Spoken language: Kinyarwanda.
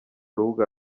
rubuga